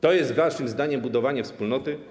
To jest waszym zdaniem budowanie wspólnoty?